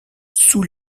sous